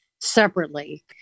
separately